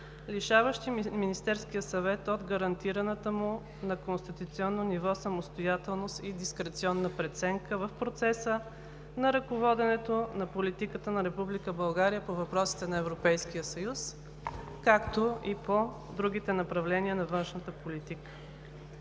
лишаващи Министерския съвет от гарантираната му на конституционно ниво самостоятелност и дискреционна преценка, в процеса на ръководенето на политиката на Република България по въпросите на Европейския съюз, както и по другите направления на външната политика.